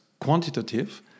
quantitative